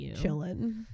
chilling